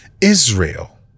Israel